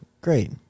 Great